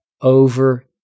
over